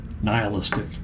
nihilistic